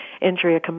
injury